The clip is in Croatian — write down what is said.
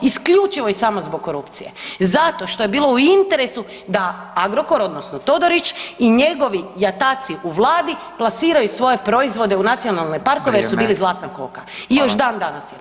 Isključivo i samo zbog korupcije, zato što je bilo u interesu da Agrokor odnosno Todorić i njegovi jataci u vladi plasiraju svoje proizvode u nacionalne parkove jer su bili zlatna koga i još dan danas je tako.